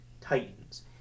Titans